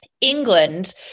England